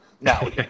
No